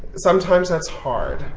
sometimes, that's hard.